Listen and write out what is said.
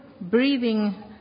breathing